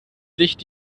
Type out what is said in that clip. licht